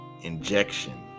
injection